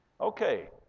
Okay